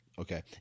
Okay